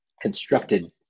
constructed